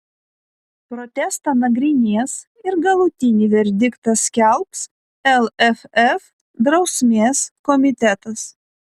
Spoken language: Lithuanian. protestą nagrinės ir galutinį verdiktą skelbs lff drausmės komitetas